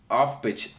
off-pitch